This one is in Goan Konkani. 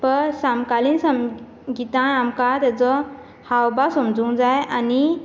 तो समकालीन संगीतान आमकां तेचो हावभाव समजूंक जाय आनी